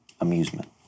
amusement